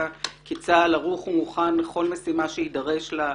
כי צה"ל ערוך ומוכן לכל מלחמה שיידרש לה.